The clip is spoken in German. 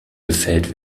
gefällt